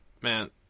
man